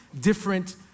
different